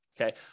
Okay